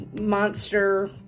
monster